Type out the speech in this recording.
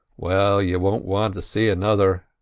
well, you won't want to see another,